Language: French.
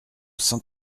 cent